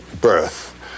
birth